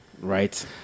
Right